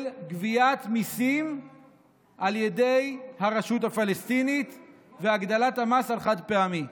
גביית מיסים על ידי הרשות הפלסטינית והגדלת המס על החד-פעמי.